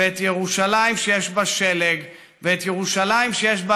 ואת ירושלים שיש בה שלג ואת ירושלים שיש בה